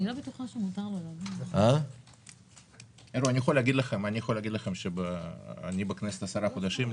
אני בכנסת 10 חודשים.